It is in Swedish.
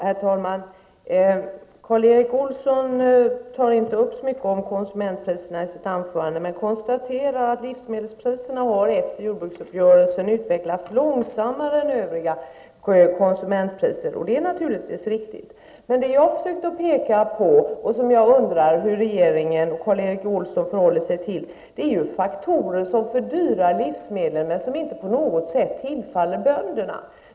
Fru talman! Karl Erik Olsson tar inte upp så mycket om konsumentpriserna i sitt anförande, men han konstaterar att livsmedelspriserna efter jordbruksuppgörelsen har utvecklats långsammare än övriga konsumentpriser. Det är naturligtvis riktigt. Men det jag undrar är hur regeringen och Karl Erik Olsson förhåller sig till faktorer som fördyrar livsmedlen men som inte på något sätt ger bönderna mer pengar.